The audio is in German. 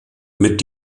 mit